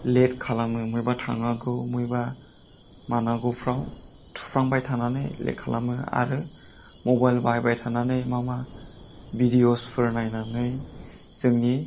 late खालामो माहायबा थांनांगौ माहायबा मानांगौफ्राव थुफ्लांबाय थानानै लेट खालामो आरो मबाइल बाहायबाय थांनानै मा मा भिडिअचफोर नायनानै जोंनि